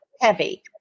heavy